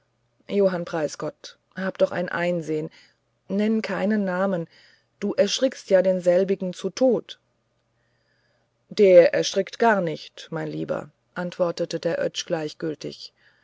johann preisgott hab doch ein einsehen nenne keinen namen du erschrickst ja denselbigen zu tod der erschrickt gar nicht mein lieber antwortete der